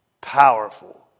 powerful